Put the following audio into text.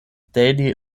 daily